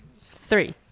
three